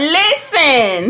listen